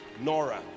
Nora